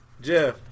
Jeff